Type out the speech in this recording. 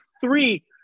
three